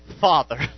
Father